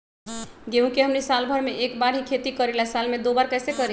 गेंहू के हमनी साल भर मे एक बार ही खेती करीला साल में दो बार कैसे करी?